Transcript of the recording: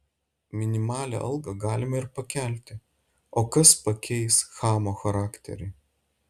minimalią algą galima ir pakelti o kas pakeis chamo charakterį